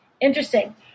interesting